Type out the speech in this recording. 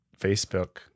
Facebook